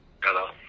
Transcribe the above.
Hello